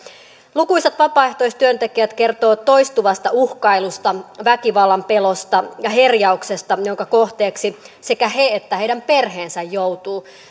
lukuisat vapaaehtoistyöntekijät kertovat toistuvasta uhkailusta väkivallan pelosta ja herjauksista joiden kohteeksi sekä he että heidän perheensä joutuvat